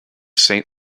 saint